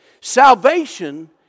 Salvation